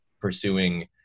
pursuing